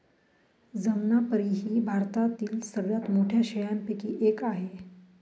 जमनापरी ही भारतातील सगळ्यात मोठ्या शेळ्यांपैकी एक आहे